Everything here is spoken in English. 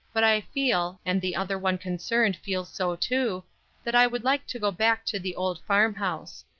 but i feel, and the other one concerned feels so too that i would like to go back to the old farm-house.